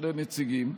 שני נציגים.